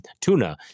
tuna